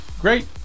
Great